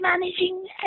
managing